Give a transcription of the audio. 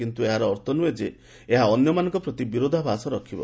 କିନ୍ତୁ ଏହାର ଅର୍ଥ ନୁହେଁ ଯେ ଏହା ଅନ୍ୟମାନଙ୍କ ପ୍ରତି ବିରୋଧାଭାସ ରଖିବ